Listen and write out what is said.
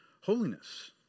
holiness